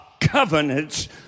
covenants